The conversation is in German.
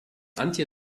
antje